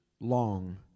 long